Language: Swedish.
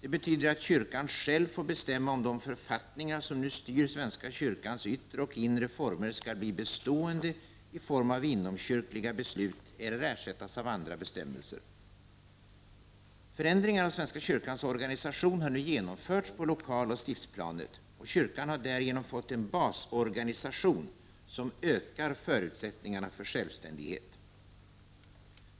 Det betyder att kyrkan själv får bestämma om de författningar som nu styr svenska kyrkans inre och yttre form skall bli bestående i form av inomkyrkliga beslut eller ersättas av andra bestämmelser. Förändringar av svenska kyrkans organisation har nu genomförts på lokaloch stiftsplanet. Kyrkan har därigenom fått en basorganisation som ökar förutsättningarna för självständighet.